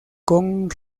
con